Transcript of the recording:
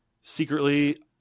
secretly